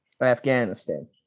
Afghanistan